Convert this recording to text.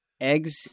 Eggs